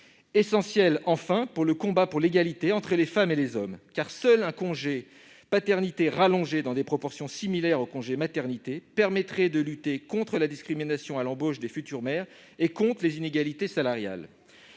essentielle, enfin, au combat pour l'égalité entre les femmes et les hommes. Seul un congé de paternité allongé dans des proportions similaires au congé de maternité permettrait de lutter contre la discrimination à l'embauche des futures mères et contre les inégalités salariales.